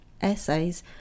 essays